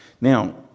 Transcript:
Now